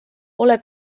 ole